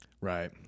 right